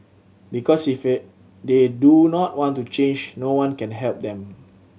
because if they do not want to change no one can help them